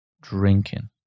drinking